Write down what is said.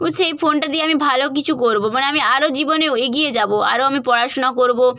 সেই ফোনটা দিয়ে আমি ভালো কিছু করবো মানে আমি আরো জীবনেও এগিয়ে যাবো আরো আমি পড়াশোনাও করবো